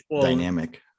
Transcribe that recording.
dynamic